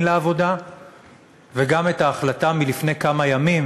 לעבודה וגם את ההחלטה מלפני כמה ימים